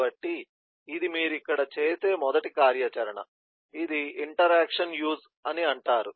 కాబట్టి ఇది మీరు ఇక్కడ చేసే మొదటి కార్యాచరణ ఇది ఇంటరాక్షన్ యూజ్ అంటారు